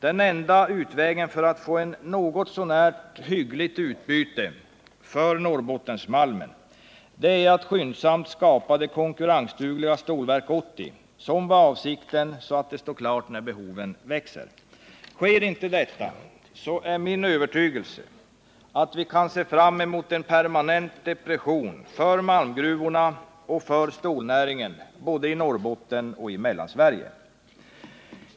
Den enda utvägen för att få ett något så när hyggligt utbyte för Norrbottensmalmen är att skyndsamt skapa det konkurrensdugliga Stålverk 80 som var avsikten, så att det står klart när behoven växer. Sker inte detta är det min övertygelse att vi kan se fram mot en permanent depression för malmgruvorna och för stålnäringen både i Norrbotten och i Mellansverige.